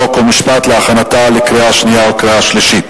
חוק ומשפט להכנתה לקריאה שנייה וקריאה שלישית.